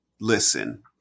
listen